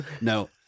no